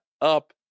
up